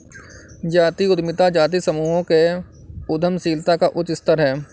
जातीय उद्यमिता जातीय समूहों के उद्यमशीलता का उच्च स्तर है